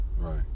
right